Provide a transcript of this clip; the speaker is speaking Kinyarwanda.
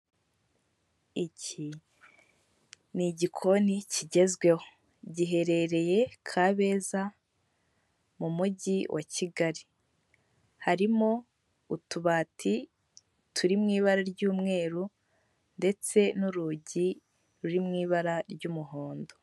Iki ni igikoni kigezweho, giherereye Kabeza mu mujyi wa Kigali harimo utubati turi m'ibara ry'umweru ndetse n'urugi ruri m'ibara ry'umuhondo.